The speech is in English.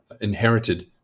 inherited